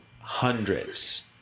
hundreds